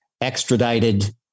extradited